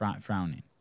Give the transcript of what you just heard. Frowning